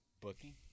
Booking